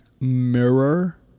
mirror